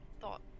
thought